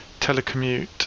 telecommute